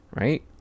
right